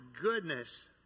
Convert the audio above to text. goodness